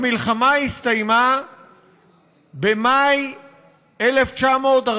המלחמה הסתיימה במאי 1945,